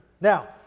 Now